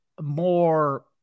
more